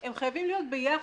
הם חייבים להיות ביחד.